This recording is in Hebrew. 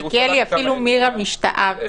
מלכיאלי, אפילו מירה משתאה.